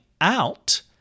out